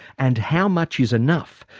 and how much is enough,